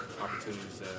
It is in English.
Opportunities